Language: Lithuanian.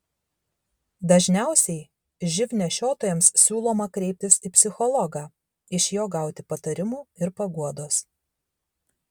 dažniausiai živ nešiotojams siūloma kreiptis į psichologą iš jo gauti patarimų ir paguodos